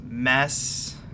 Mess